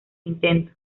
intento